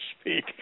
speak